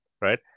right